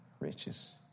riches